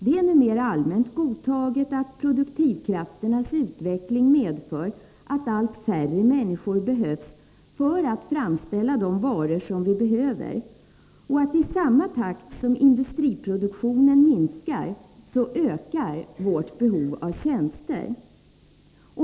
Det är numera allmänt godtaget att produktionskrafternas utveckling medför att allt färre människor behövs för att framställa de varor vi måste ha och att vårt behov av tjänster ökar i samma takt som industriproduktionen minskar.